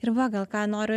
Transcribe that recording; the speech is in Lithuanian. ir va gal ką noriu